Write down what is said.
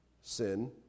Sin